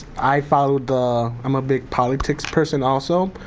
i followed the i'm a big politics person also,